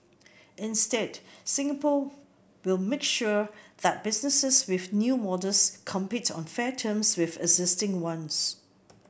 instead Singapore will make sure that businesses with new models compete on fair terms with existing ones